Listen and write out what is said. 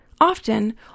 Often